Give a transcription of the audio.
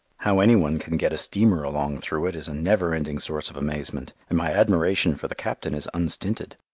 how any one can get a steamer along through it is a never-ending source of amazement, and my admiration for the captain is unstinted.